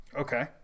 Okay